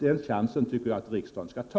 Den chansen tycker jag att riksdagen skall ta.